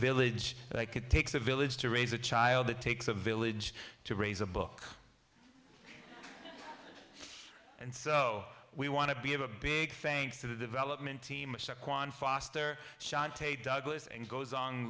village takes a village to raise a child it takes a village to raise a book and so we want to be a big thanks to the development team kwan foster douglas and goes